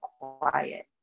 quiet